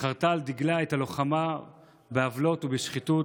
שחרתה על דגלה את הלוחמה בעוולות ובשחיתות,